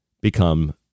become